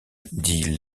dit